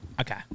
Okay